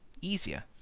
easier